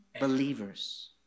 believers